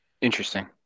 Interesting